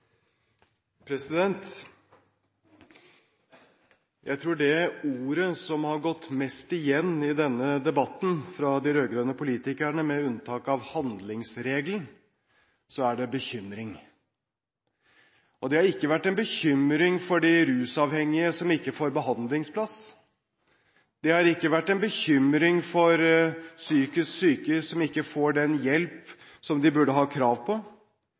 Jeg tror det ordet som har gått mest igjen hos de rød-grønne politikerne i denne debatten – med unntak av «handlingsregelen» – er «bekymring». Det har ikke vært en bekymring for de rusavhengige som ikke får behandlingsplass, det har ikke vært en bekymring for psykisk syke som ikke får den hjelp de har krav på,